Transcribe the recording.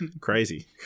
Crazy